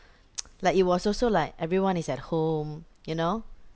like it was also like everyone is at home you know